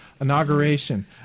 Inauguration